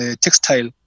textile